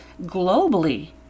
globally